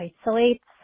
isolates